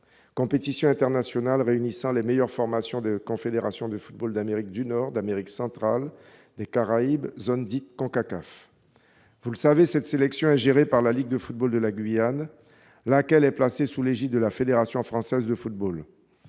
compétition internationale réunissant les meilleures formations de la Confédération de football d'Amérique du Nord, d'Amérique centrale et des Caraïbes, la CONCACAF. Vous le savez, cette sélection est gérée par la Ligue de football de la Guyane, laquelle est placée sous l'égide de la Fédération française de football.